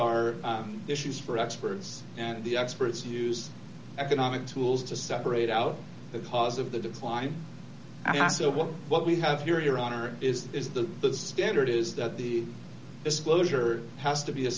are issues for experts and the experts use economic tools to separate out the cause of the decline what we have your honor is is that the standard is that the disclosure has to be a